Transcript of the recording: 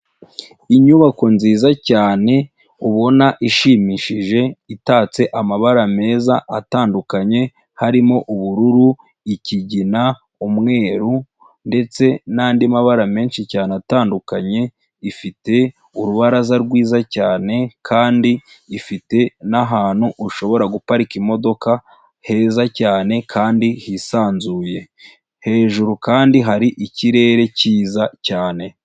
Inyubako nziza cyane, ubona ishimishije itatse amabara meza atandukanye, harimo ubururu, ikigina, umweru ndetse n'andi mabara menshi cyane atandukanye, ifite urubaraza rwiza cyane kandi ifite n'ahantu ushobora guparika imodoka heza cyane kandi hisanzuye, hejuru kandi hari ikirere cyiza cyane.